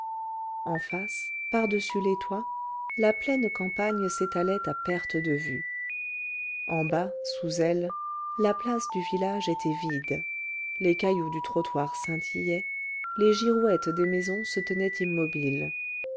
en face par-dessus les toits la pleine campagne s'étalait à perte de vue en bas sous elle la place du village était vide les cailloux du trottoir scintillaient les girouettes des maisons se tenaient immobiles